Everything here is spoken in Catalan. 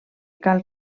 cal